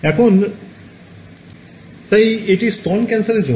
এখন তাই এটি স্তন ক্যান্সারের জন্য